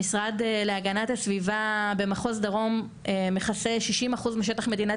המשרד להגנת הסביבה במחוז דרום מכסה 60% משטח מדינת